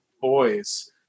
boys